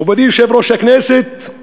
מכובדי יושב-ראש הכנסת,